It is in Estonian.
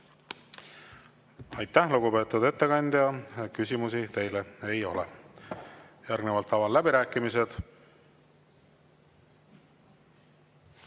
Aitäh, lugupeetud ettekandja! Küsimusi teile ei ole. Järgnevalt avan läbirääkimised.